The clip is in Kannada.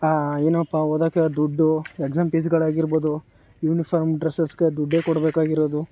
ಏನಪ್ಪ ಓದೋಕ್ಕೆ ದುಡ್ಡು ಎಕ್ಸಾಮ್ ಫೀಸ್ಗಳು ಆಗಿರ್ಬೋದು ಯುನಿಫಾರ್ಮ್ ಡ್ರೆಸ್ಸಸ್ಗೆ ದುಡ್ಡೇ ಕೊಡಬೇಕಾಗಿರೋದು